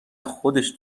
خودش